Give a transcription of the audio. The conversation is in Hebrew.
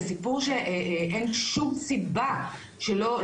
זה סיפור שאין שום סיבה שלא